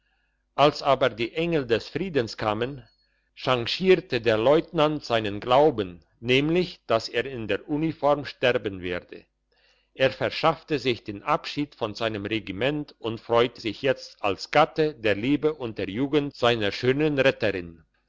als aber die engel des friedens kamen schangschierte der leutnant seinen glauben nämlich dass er in der uniform sterben werde er verschaffte sich den abschied von seinem regiment und freut sich jetzt als gatte der liebe und der jugend seiner schönen retterin